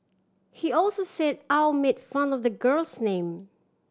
he also said Au made fun of the girl's name